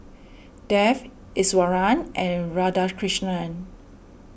Dev Iswaran and Radhakrishnan